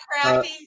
Crappy